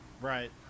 Right